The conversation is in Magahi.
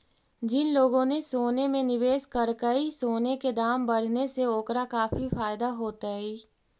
जिन लोगों ने सोने में निवेश करकई, सोने के दाम बढ़ने से ओकरा काफी फायदा होतई